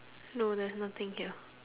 no there's nothing here